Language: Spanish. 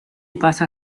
pasa